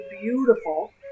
beautiful